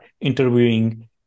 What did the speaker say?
interviewing